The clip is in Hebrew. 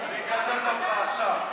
אני מקזז אותך עכשיו.